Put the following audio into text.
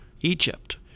Egypt